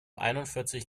einundvierzig